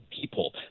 people